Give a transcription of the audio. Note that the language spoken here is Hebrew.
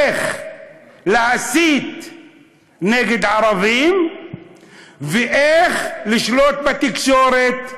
איך להסית נגד ערבים ואיך לשלוט בתקשורת: